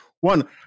One